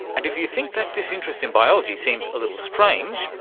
and if you think that disinterest in biology seems a little strange,